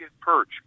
perch